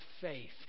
faith